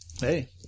Hey